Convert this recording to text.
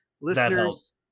listeners